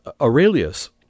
Aurelius